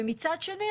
מצד שני,